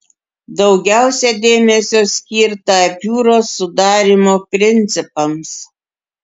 daugiausia dėmesio skirta epiūros sudarymo principams